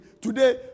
Today